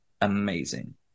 amazing